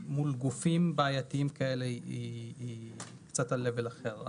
מול גופים בעייתיים כאלה היא קצת ברמה אחרת.